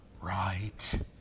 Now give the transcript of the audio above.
right